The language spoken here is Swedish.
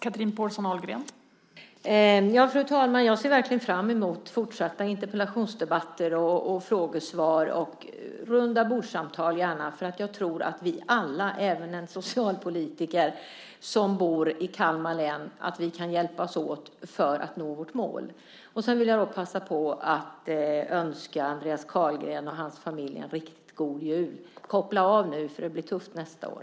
Fru talman! Jag ser verkligen fram emot fortsatta interpellationsdebatter, frågesvar och gärna rundabordssamtal, för jag tror att vi alla, även en socialpolitiker som bor i Kalmar län, kan hjälpas åt för att nå vårt mål. Jag vill passa på att önska Andreas Carlgren och hans familj en riktigt god jul. Koppla av nu, för det blir tufft nästa år!